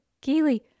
Keely